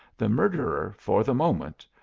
the murderer, for the moment,